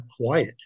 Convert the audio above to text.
quiet